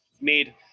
made